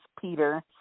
Peter